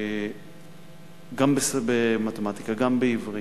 גם במתמטיקה, גם בעברית,